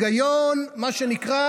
זה באמת היגיון צרוף, מה שנקרא.